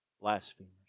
blasphemers